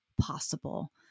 possible